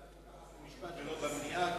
חוק ומשפט ולא במליאה,